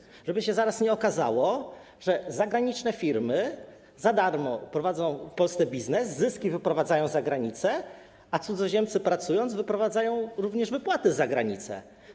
Chodzi o to, żeby się zaraz nie okazało, że zagraniczne firmy za darmo prowadzą w Polsce biznes, zyski wyprowadzają za granicę, a cudzoziemcy, pracując, wyprowadzają również wypłaty za granicę.